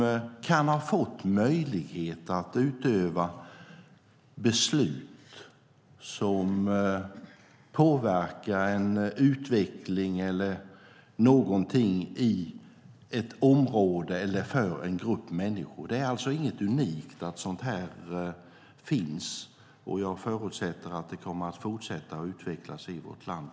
Ibland benämns de byalag, ibland är de intresseorganisationer för olika typer av verksamhetsutövare eller boende. Det är alltså inget unikt att sådant här finns. Jag förutsätter att detta kommer att fortsätta att utvecklas i vårt land.